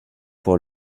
pour